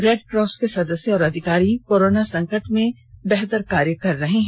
Red Cross के सदस्य और अधिकारी कोरोना संकट में अच्छा काम कर रहे हैं